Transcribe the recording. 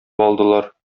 алдылар